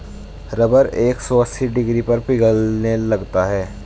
rubber एक सौ अस्सी डिग्री पर पिघलने लगता है